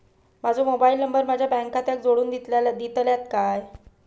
माजो mobile number माझ्या bank खात्याक जोडून दितल्यात काय?